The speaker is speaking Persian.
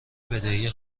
بدهی